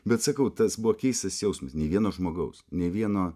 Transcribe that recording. bet sakau tas buvo keistas jausmas nei vieno žmogaus nei vieno